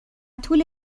طول